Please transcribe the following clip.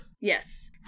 Yes